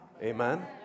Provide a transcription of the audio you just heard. Amen